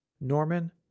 Norman